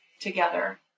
together